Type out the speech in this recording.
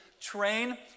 train